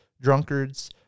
drunkards